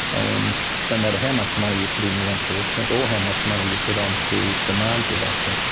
and no matter how much money you put in law enforcement or how much money you put onto demand reduction,